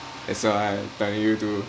that's why I'm telling you to